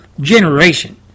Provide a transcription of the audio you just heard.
generation